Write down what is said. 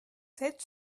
sept